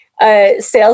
sales